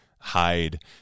hide